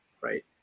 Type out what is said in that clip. right